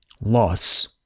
loss